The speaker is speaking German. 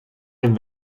dem